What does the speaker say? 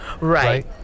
Right